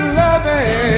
loving